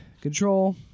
Control